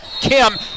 Kim